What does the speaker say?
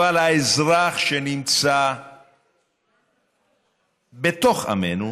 אבל האזרח שנמצא בתוך עמנו,